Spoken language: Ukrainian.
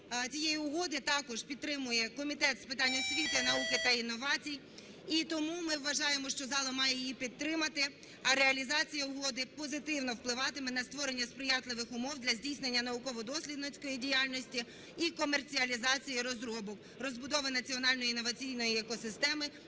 цієї угоди також підтримує Комітет з питань освіти, науки та інновацій. І тому ми вважаємо, що зала має її підтримати, а реалізація угоди позитивно впливатиме на створення сприятливих умов для здійснення науково-дослідницької діяльності і комерціалізації розробок, розбудови національної інноваційної екосистеми